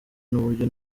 n’uburyo